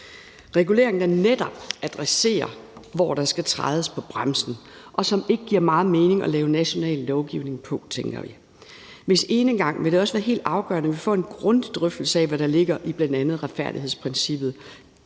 regulering, der netop adresserer, hvor der skal trædes på bremsen, og som det ikke giver meget mening at lave national lovgivning om, tænker vi. Hvis vi skal gå enegang, vil det også være helt afgørende, at vi får en grundig drøftelse af, hvad der ligger i bl.a. retfærdighedsprincippet.